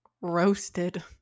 Roasted